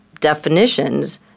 definitions